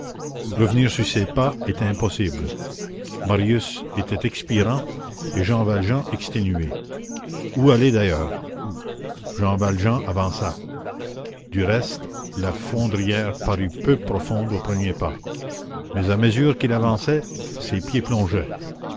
revenir sur ses pas était impossible marius était expirant et jean valjean exténué où aller d'ailleurs jean valjean avança du reste la fondrière parut peu profonde aux premiers pas mais à mesure qu'il avançait ses pieds plongeaient